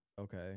Okay